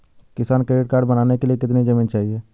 किसान credit card बनाने के लिए कितनी जमीन चाहिए?